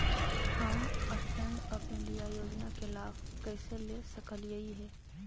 हम stand up India योजना के लाभ कइसे ले सकलिअई हे